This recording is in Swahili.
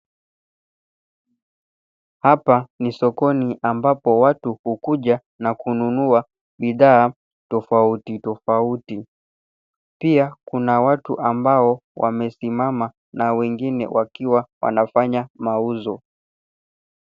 Hapa, ni sokoni ambapo watu hukuja, na kununua, bidhaa tofauti tofauti. Pia, kuna watu ambao wamesimama na wengine wakiwa wanafanya mauzo.